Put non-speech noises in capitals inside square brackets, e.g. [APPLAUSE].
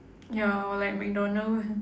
ya or like mcdonald [LAUGHS]